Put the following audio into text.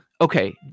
okay